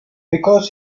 because